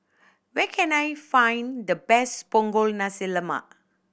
where can I find the best Punggol Nasi Lemak